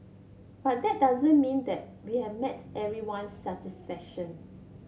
but that doesn't mean that we have everyone's satisfaction